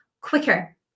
quicker